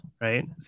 right